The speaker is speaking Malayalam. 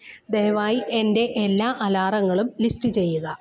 ദയവായി എന്റെ എല്ലാ അലാറങ്ങളും ലിസ്റ്റു ചെയ്യുക